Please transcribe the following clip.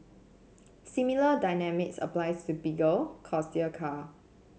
similar dynamics applies to car